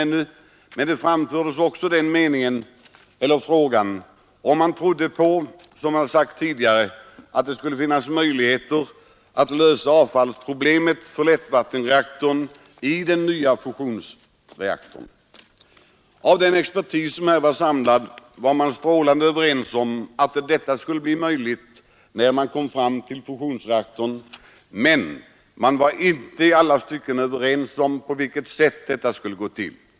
Men frågan framfördes också om man trodde att det — som det sagts tidigare — skulle finnas möjligheter att lösa avfallsproblemet för lättvattensreaktorn i den nya fusionsreaktorn. Den samlade expertisen var helt överens om att detta skulle bli möjligt när man kom fram till fusionsreaktorn, men man var inte i alla stycken överens om på vilket sätt det skulle gå till.